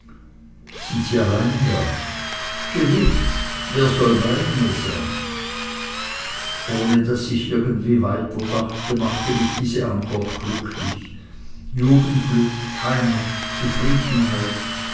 sind sie allein da gewiß wer soll bei mir sein ohne daß ich irgendwie weiterdachte machte mich diese antwort glücklich jugendglück heimat zufriedenheit